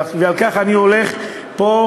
ועל כך אני הולך פה,